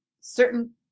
certain